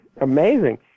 amazing